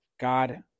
God